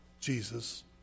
Jesus